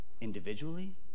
individually